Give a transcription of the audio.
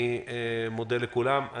אני מודה לכולם.